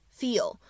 feel